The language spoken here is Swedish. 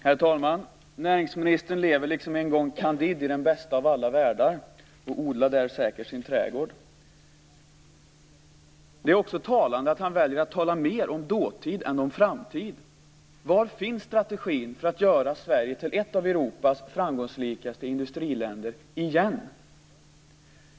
Herr talman! Näringsministern lever liksom en gång Candide i den bästa av alla världar och odlar där säkert sin trädgård. Det är talande att han väljer att tala mer om dåtid än om framtid. Var finns strategin för att åter göra Sverige till ett av Europas framgångsrikaste industriländer?